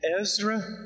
Ezra